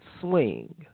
swing